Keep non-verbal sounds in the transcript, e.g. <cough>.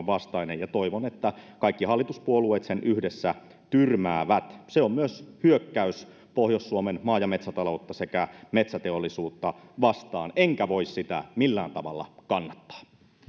<unintelligible> vastainen ja toivon että kaikki hallituspuolueet sen yhdessä tyrmäävät se on myös hyökkäys pohjois suomen maa ja metsätaloutta sekä metsäteollisuutta vastaan enkä voi sitä millään tavalla kannattaa